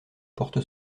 porte